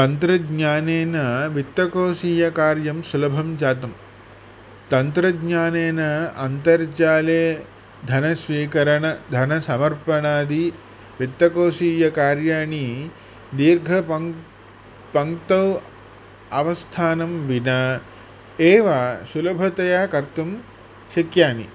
तन्त्रज्ञानेन वित्तकोशीय कार्यं सुलभं जातम् तन्त्रज्ञानेन अन्तर्जाले धनस्वीकरणधनसमर्पणादि वित्तकोशीय कार्याणि दीर्घपङ्क्तौ अवस्थानं विना एव सुलभतया कर्तुं शक्यानि